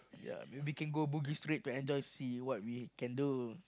ya we can bugis Street for enjoy see what we can do